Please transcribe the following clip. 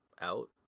out